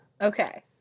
Okay